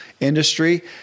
industry